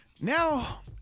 Now